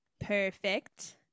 Perfect